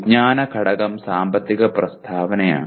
വിജ്ഞാന ഘടകം സാമ്പത്തിക പ്രസ്താവനയാണ്